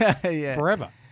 forever